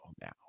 now